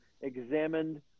examined